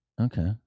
Okay